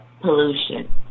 pollution